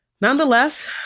Nonetheless